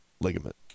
ligament